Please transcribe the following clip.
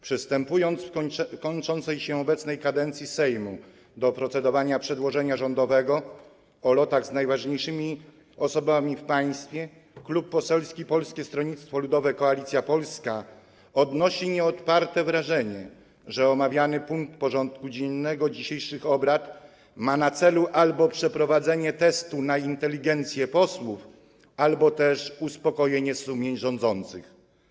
Przystępując w kończącej się obecnie kadencji Sejmu do procedowania nad rządowym przedłożeniem o lotach z najważniejszymi osobami w państwie, Klub Parlamentarny Polskie Stronnictwo Ludowe - Koalicja Polska odnosi nieodparte wrażenie, że omawiany punkt porządku dziennego dzisiejszych obrad ma na celu albo przeprowadzenie testu na inteligencję posłów, albo też uspokojenie sumień rządzących.